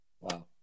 Wow